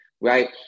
right